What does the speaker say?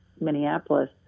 Minneapolis